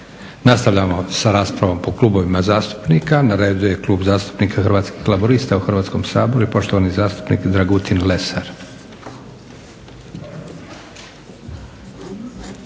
Nastavljamo sa raspravom po klubovima zastupnika. Na redu je Klub zastupnika Hrvatskih laburista u Hrvatskom saboru i poštovani zastupnik Dragutin Lesar.